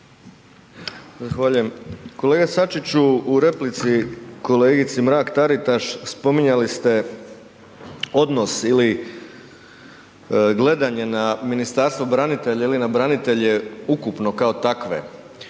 Zahvaljujem. Kolega Sačiću, u replici kolegici Mrak-Taritaš spominjali ste odnos ili gledanje na Ministarstvo branitelja ili na branitelje ukupno kao takve.